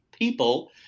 People